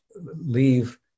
leave